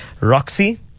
Roxy